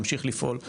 ממשיך לפעול,